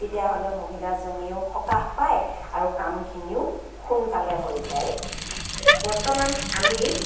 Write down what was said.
তেতিয়া হ'লে মহিলাজনীয়েও সকাহ পায় আৰু কামখিনিও সোনকালে হৈ যায় বৰ্তমান আমি